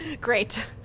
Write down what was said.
great